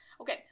Okay